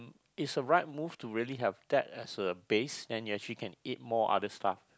it's a right move to really have that as a base then you actually can eat more other stuff